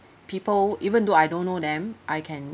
people even though I don't know them I can